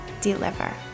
deliver